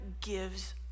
gives